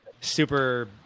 super